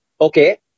okay